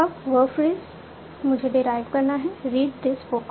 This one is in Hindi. अब वर्ब फ्रेज मुझे डेराइव करना है रीड दिस बुक